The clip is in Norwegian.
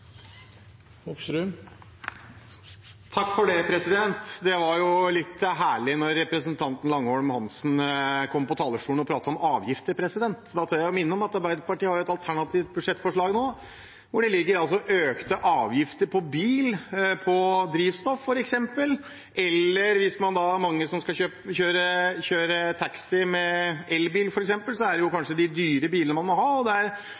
om avgifter. Da tør jeg minne om at Arbeiderpartiet har et alternativt budsjettforslag nå, hvor det altså ligger økte avgifter på bil og på drivstoff, f.eks. Eller hvis det er mange som skal kjøre taxi med elbil, f.eks., er det kanskje de dyre bilene man må ha, og